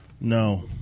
No